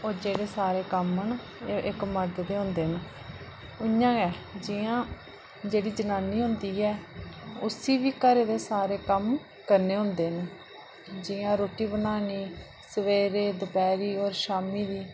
होर एह् जेह्ड़े सारे कम्म न एह् मर्द दे होंदे न इं'या गै जि'यां जेह्ड़ी जनानी होंदी ऐ उसी बी सारे घरै दे कम्म करने होंदे न जियां रुट्टी बनानी सवेरे दपैह्रीं होर शामीं बी